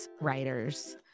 writers